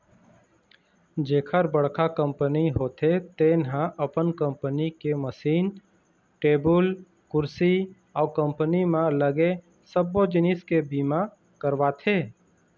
जेखर बड़का कंपनी होथे तेन ह अपन कंपनी के मसीन, टेबुल कुरसी अउ कंपनी म लगे सबो जिनिस के बीमा करवाथे